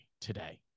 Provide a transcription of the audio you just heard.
today